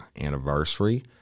anniversary